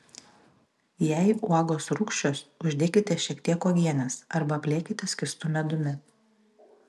jei uogos rūgščios uždėkite šiek tiek uogienės arba apliekite skystu medumi